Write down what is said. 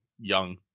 young